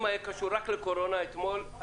אם היה קשור רק לקורונה אתמול,